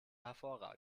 hervorragend